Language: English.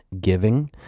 giving